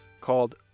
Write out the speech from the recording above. called